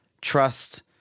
trust